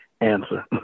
answer